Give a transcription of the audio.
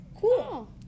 Cool